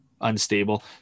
unstable